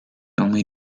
only